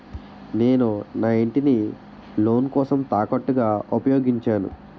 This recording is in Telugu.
నేను నా ఇంటిని లోన్ కోసం తాకట్టుగా ఉపయోగించాను